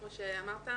כמו שאמרת,